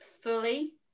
fully